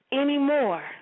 Anymore